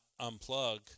unplug